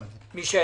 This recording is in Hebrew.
את כל הקנסות.